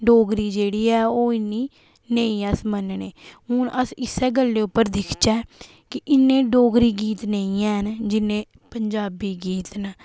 डोगरी ज़ेह्ड़ी ऐ ओह् इन्नी नेईं अस मनन्ने हून अस इस्सै गल्लै पर दिक्खचै कि इन्ने डोगरी गीत नेईं हैन जिन्ने पंज़ाबी गीत न